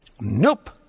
Nope